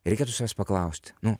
reikėtų savęs paklausti nu